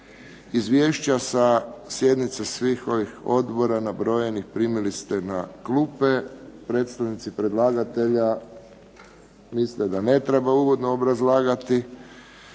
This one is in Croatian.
Izvješća sa sjednica svih ovih odbora nabrojenih primili ste na klupe. Predstavnici predlagatelja misle da ne treba uvodno obrazlagati.